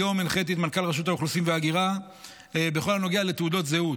היום הנחיתי את מנכ"ל רשות האוכלוסין וההגירה בכל הנוגע לתעודת זהות.